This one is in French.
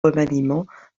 remaniements